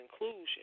Inclusion